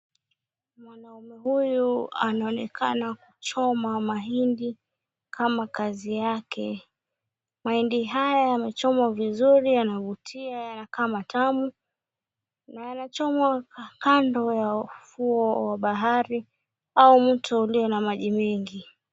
Mwanaume huyu anaonekana kuchoma mahindi kama kazi yake. Mahindi haya yamechomwa vizuri yanavutia yanakaa matamu na yanachomwa kando ya ufuo wa bahari au mto ulio na maji mengi.